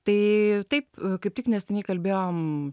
tai taip kaip tik neseniai kalbėjom